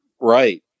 right